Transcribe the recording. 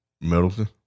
Middleton